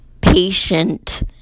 patient